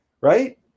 Right